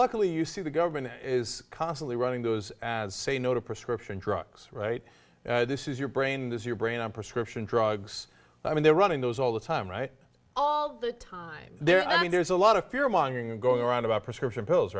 luckily you see the government is constantly running those ads say no to prescription drugs right this is your brain this your brain on prescription drugs i mean they're running those all the time right all the time they're i mean there's a lot of fear mongering and going around about prescription pills